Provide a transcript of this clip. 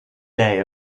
day